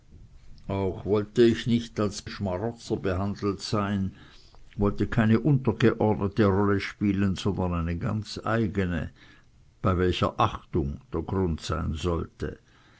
auch wollte ich nicht als schmarotzer behandelt sein wollte keine untergeordnete rolle spielen sondern eine ganze eigene bei welcher achtung der grund sein sollte